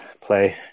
play